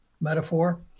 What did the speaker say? metaphor